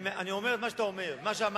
אני אומר את מה שאתה אומר, מה שאמרת,